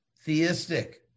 theistic